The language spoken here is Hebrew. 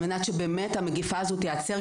על מנת שבאמת המגיפה הזאת תיעצר,